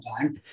time